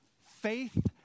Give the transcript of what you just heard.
Faith